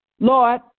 Lord